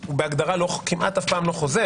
הוא בהגדרה כמעט אף פעם לא חוזר.